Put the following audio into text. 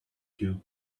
cue